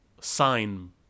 sign